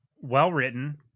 well-written